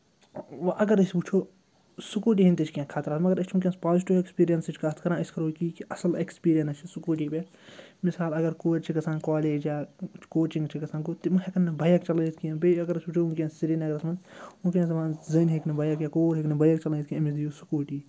وۄنۍ اگر أسۍ وٕچھو سٕکوٗٹی ہِنٛدۍ تہِ چھِ کیٚنٛہہ خطرات مَگر أسۍ چھِ وٕنۍکٮ۪نَس پازِٹِو اٮ۪کٕسپیٖریَنسٕچ کتھ کَران أسۍ کَرو یہِ کہِ یہِ کہِ اَصٕل اٮ۪کٕسپیٖریَنٕس چھُ سٕکوٗٹی پٮ۪ٹھ مِثال اگر کورِ چھِ گژھان کالیج یا کوچِنٛگ چھِ گژھان گوٚو تِم ہٮ۪کَن نہٕ بایِک چلٲوِتھ کِہیٖنۍ بیٚیہِ اگر أسۍ وٕچھو وٕنۍکٮ۪ن سرینگرَس منٛز وٕنۍکٮ۪نَس چھِ دپان زٔنۍ ہیٚکہِ نہٕ بایک یا کوٗر ہیٚکہِ نہٕ بایک چَلٲوِتھ کیٚنٛہہ أمِس دِیو سٕکوٗٹی